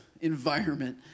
environment